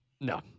No